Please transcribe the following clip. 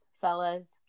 fellas